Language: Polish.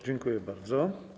Dziękuję bardzo.